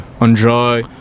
enjoy